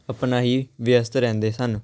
ਆਪਣਾ ਹੀ ਵਿਅਸਤ ਰਹਿੰਦੇ ਸਨ